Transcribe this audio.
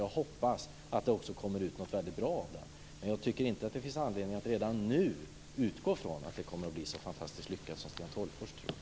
Jag hoppas att det också kommer väldigt bra utav den. Jag tycker intet att det finns anledning att redan nu utgå från att det kommer att bli så fantastiskt lyckat som Sten Tolgfors tror.